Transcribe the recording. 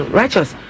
righteous